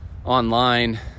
online